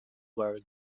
were